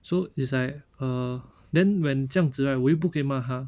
so it's like err then when 这样子 right 我又不可以骂他